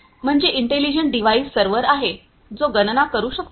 म्हणजे intelligent device server आहे जो गणना करू शकतो